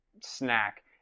snack